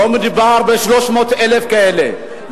לא מדובר ב-300,000 כאלה,